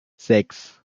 sechs